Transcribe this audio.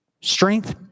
Strength